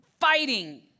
fighting